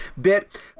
bit